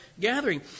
gathering